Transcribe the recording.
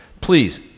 Please